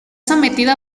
sometido